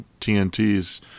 TNT's